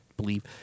believe